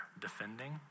defending